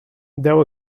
deu